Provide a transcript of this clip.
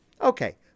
Okay